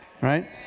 right